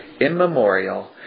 immemorial